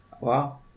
Wow